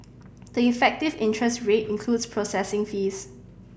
the effective interest rate includes processing fees